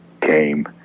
came